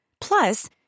Plus